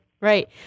Right